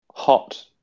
Hot